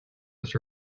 was